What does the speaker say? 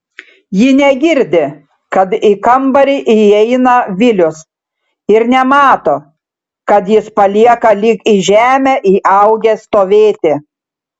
ji negirdi kad į kambarį įeina vilius ir nemato kad jis palieka lyg į žemę įaugęs stovėti